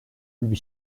lui